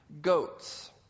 goats